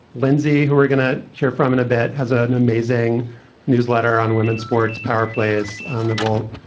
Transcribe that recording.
lindsey, who are going to hear from an a bet, has ah an amazing newsletter on women's sports power players on the wall.